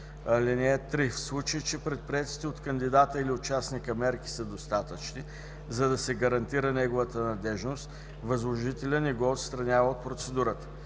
(3) В случай че предприетите от кандидата или участника мерки са достатъчни, за да се гарантира неговата надеждност, възложителят не го отстранява от процедурата.